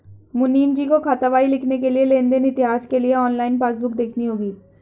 मुनीमजी को खातावाही लिखने के लिए लेन देन इतिहास के लिए ऑनलाइन पासबुक देखनी होगी